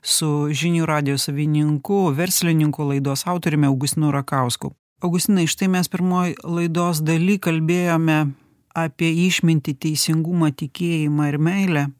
su žinių radijo savininku verslininku laidos autoriumi augustinu rakausku augustinai štai mes pirmoj laidos daly kalbėjome apie išmintį teisingumą tikėjimą ir meilę